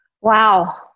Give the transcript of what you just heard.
Wow